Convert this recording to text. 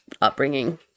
upbringing